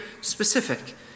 specific